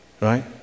right